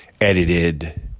edited